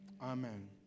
Amen